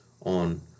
on